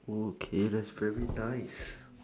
okay that's very nice